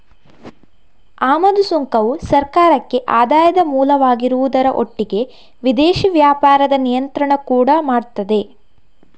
ಆಮದು ಸುಂಕವು ಸರ್ಕಾರಕ್ಕೆ ಆದಾಯದ ಮೂಲವಾಗಿರುವುದರ ಒಟ್ಟಿಗೆ ವಿದೇಶಿ ವ್ಯಾಪಾರದ ನಿಯಂತ್ರಣ ಕೂಡಾ ಮಾಡ್ತದೆ